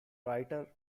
writer